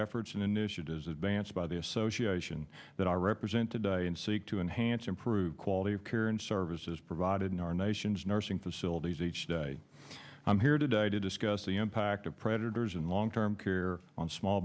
efforts and initiatives advanced by the association that i represent today and seek to enhance improved quality of care and services provided in our nation's nursing facilities each day i'm here today to discuss the impact of predators and long term care on small